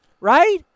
Right